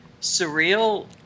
surreal